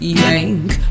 yank